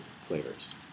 flavors